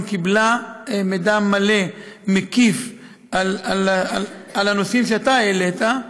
קיבלה מידע מלא ומקיף על הנושאים שאתה העלית,